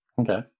Okay